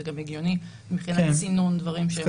זה גם הגיוני מבחינת צינון דברים שהם לא משמעותיים.